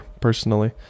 personally